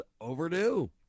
overdue